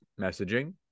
messaging